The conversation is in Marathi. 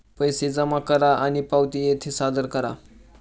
पैसे जमा करा आणि पावती येथे सादर करा